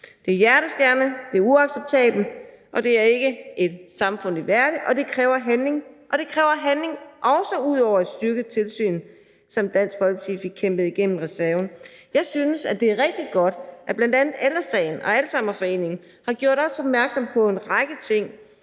Det er hjerteskærende, det er uacceptabelt, og det er ikke et samfund værdigt, og det kræver handling, og det kræver handling også ud over at styrke tilsynet, som Dansk Folkeparti fik kæmpet igennem via reserven. Jeg synes, at det er rigtig godt, at bl.a. Ældre Sagen og Alzheimerforeningen har gjort os opmærksomme på en række ting.